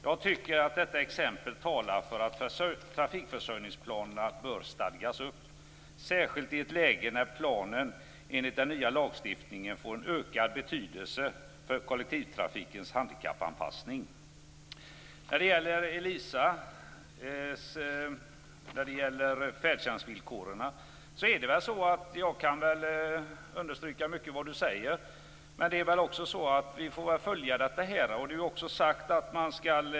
Jag tycker att detta exempel talar för att trafikförsörjningsplanerna bör stagas upp, särskilt i ett läge när planen enligt den nya lagstiftningen får ökad betydelse för kollektivtrafikens handikappanpassning. Jag kan instämma i mycket av vad Elisa Abascal Reyes sade om färdtjänstvillkoren. Vi får följa frågan.